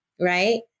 right